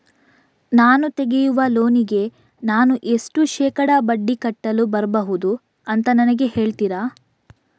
ನಾನು ತೆಗಿಯುವ ಲೋನಿಗೆ ನಾನು ಎಷ್ಟು ಶೇಕಡಾ ಬಡ್ಡಿ ಕಟ್ಟಲು ಬರ್ಬಹುದು ಅಂತ ನನಗೆ ಹೇಳ್ತೀರಾ?